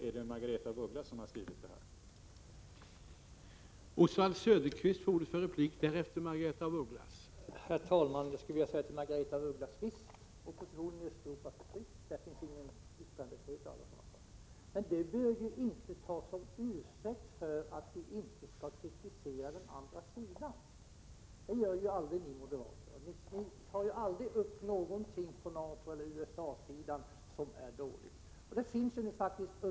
Är det Margaretha af Ugglas som har skrivit det här?